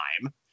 time